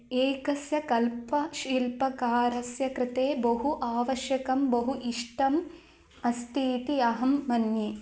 एकस्य कल्प शिल्पकारस्य कृते बहु आवश्यकं बहु इष्टम् अस्ति इति अहं मन्ये